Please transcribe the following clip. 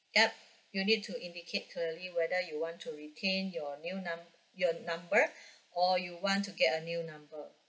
yup you need to indicate hurry whether you want to retain your new num~ your number or you want to get a new number